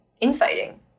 infighting